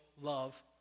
love